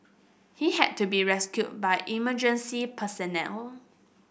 he had to be rescued by emergency personnel